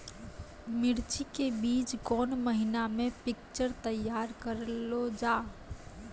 मिर्ची के बीज कौन महीना मे पिक्चर तैयार करऽ लो जा?